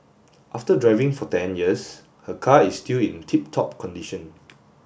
after driving for ten years her car is still in tip top condition